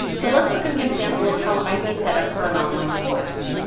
so let's look at an example of how it might be set up for an online course.